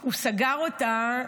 הוא סגר אותה,